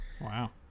Wow